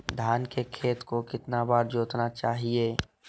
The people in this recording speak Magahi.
धान के खेत को कितना बार जोतना चाहिए?